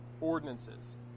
Ordinances